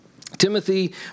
Timothy